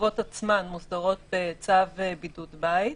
החובות עצמן מוסדרות בצו בידוד בית,